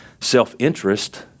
self-interest